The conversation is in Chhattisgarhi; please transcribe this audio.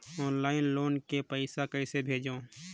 ऑनलाइन लोन के पईसा कइसे भेजों?